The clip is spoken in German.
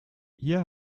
hier